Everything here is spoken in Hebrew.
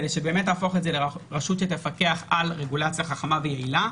כדי שתהפוך את זה לרשות שתפקח על רגולציה חכמה ויעילה,